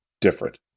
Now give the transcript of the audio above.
different